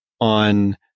on